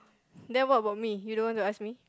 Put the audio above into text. then what about me you don't want to ask me